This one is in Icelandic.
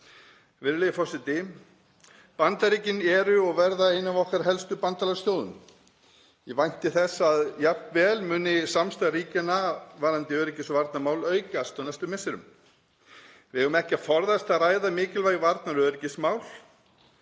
Virðulegi forseti. Bandaríkin eru og verða ein af okkar helstu bandalagsþjóðum. Ég vænti þess að jafnvel muni samstarf ríkjanna varðandi öryggis- og varnarmál aukast á næstu misserum. Við eigum ekki að forðast að ræða mikilvæg varnar- og öryggismál.